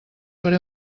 faré